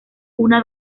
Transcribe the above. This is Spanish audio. una